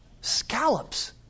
scallops